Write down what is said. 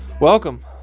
Welcome